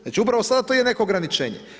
Znači upravo sada to je neko ograničenje.